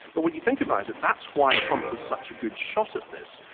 but when you think about it, that's why trump is such a good shot at this.